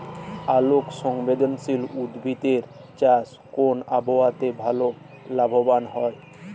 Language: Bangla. আলোক সংবেদশীল উদ্ভিদ এর চাষ কোন আবহাওয়াতে ভাল লাভবান হয়?